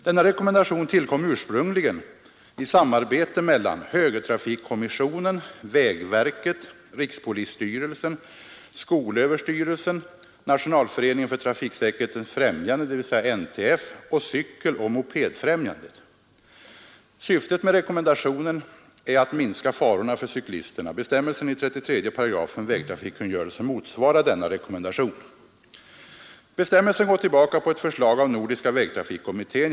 Denna rekommendation tillkom ursprungligen i samarbete mellan högertrafikkommissionen, «vägverket, <rikspolisstyrelsen, <skolöverstyrelsen, Nationalföreningen för trafiksäkerhetens främjande, dvs. NTF, samt Cykeloch mopedfrämjandet. Syftet med rekommendationen är att minska farorna för cyklisterna. Bestämmelsen i 33 § vägtrafikkungörelsen motsvarar denna rekommendation. Bestämmelsen går tillbaka på ett förslag av nordiska vägtrafikkommittén.